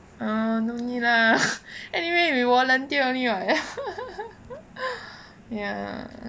uh no need lah anyway we volunteer only right ya